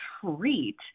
treat